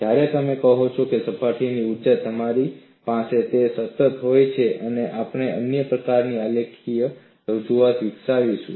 જ્યારે તમે કહો છો સપાટીની ઊર્જા તમારી પાસે તે સતત હોય છે અને આપણે અન્ય પ્રકારની આલેખીય રજૂઆત વિકસાવીશું